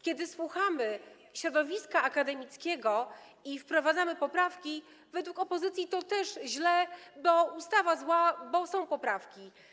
Kiedy słuchamy środowiska akademickiego i wprowadzamy poprawki, według opozycji to też źle, bo ustawa zła, bo są poprawki.